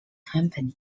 company